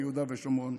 ביהודה ושומרון.